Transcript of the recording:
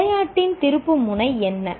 விளையாட்டின் திருப்புமுனை என்ன